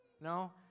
No